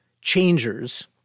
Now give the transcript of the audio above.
changers